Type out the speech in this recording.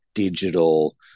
digital